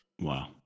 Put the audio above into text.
Wow